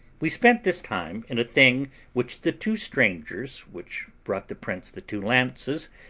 we spent this time in a thing which the two strangers, which brought the prince the two lances,